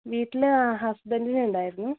വീട്ടിൽ ഹസ്ബെൻറ്റിനുണ്ടായിരുന്നു